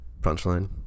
punchline